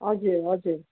हजुर हजुर